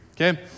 okay